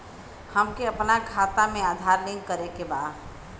हमके अपना खाता में आधार लिंक करें के बा?